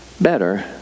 better